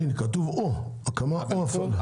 כתוב או, הקמה או הפעלה.